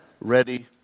ready